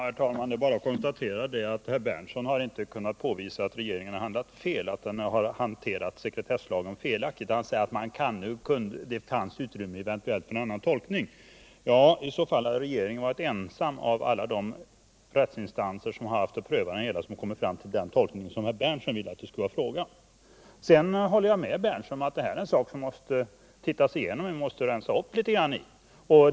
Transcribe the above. Herr talman! Det är bara att konstatera att herr Berndtson inte har kunnat påvisa att regeringen har hanterat sekretesslagen felaktigt. Han säger att det finns utrymme för en annan tolkning. Hade regeringen gjort en annan tolkning hade den varit ensam bland alla de rättsinstanser som haft att pröva det hela om att komma fram till den tolkning som herr Berndtson vill att man skulle göra. Sedan håller jag med herr Berndtson om att det här är en sak som måste tittas igenom och som vi måste rensa upp litet grand i.